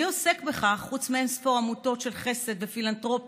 מי עוסק בכך חוץ מאין-ספור עמותות של חסד ופילנתרופיה